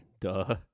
Duh